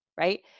right